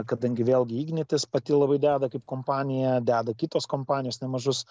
kadangi vėlgi ignitis pati labai deda kaip kompanija deda kitos kompanijos nemažus